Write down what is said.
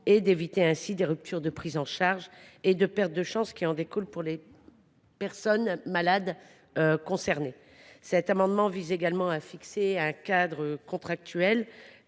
et d’éviter ainsi les ruptures de prise en charge et les pertes de chances qui en découlent pour les personnes malades concernées. Cet amendement vise également à fixer un cadre contractuel